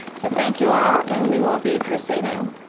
so thank you all and we will be proceeding.